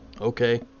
okay